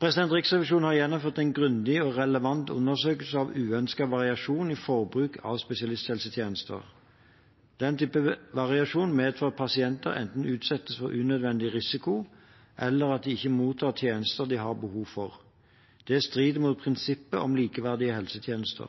Riksrevisjonen har gjennomført en grundig og relevant undersøkelse av uønsket variasjon i forbruk av spesialisthelsetjenester. Den type variasjon medfører enten at pasienter utsettes for unødvendig risiko, eller at de ikke mottar tjenester de har behov for. Det strider mot prinsippet om likeverdige helsetjenester.